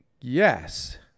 Yes